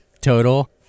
total